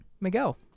Miguel